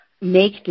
make